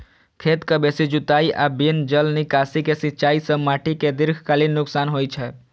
खेतक बेसी जुताइ आ बिना जल निकासी के सिंचाइ सं माटि कें दीर्घकालीन नुकसान होइ छै